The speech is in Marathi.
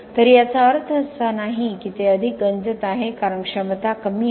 तर याचा अर्थ असा नाही की ते अधिक गंजत आहे कारण क्षमता कमी आहे